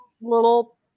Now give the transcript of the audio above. little